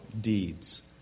deeds